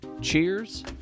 Cheers